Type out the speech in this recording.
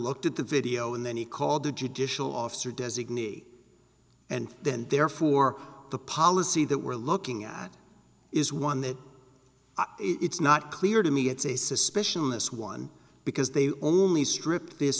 looked at the video and then he called the judicial officer designee and then therefore the policy that we're looking at is one that it's not clear to me it's a suspicion this one because they only stripped this